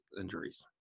injuries